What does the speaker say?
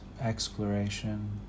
exploration